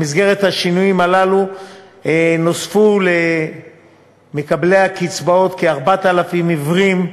במסגרת השינויים הללו נוספו למקבלי הקצבאות כ-4,000 עיוורים,